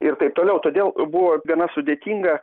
ir taip toliau todėl buvo gana sudėtinga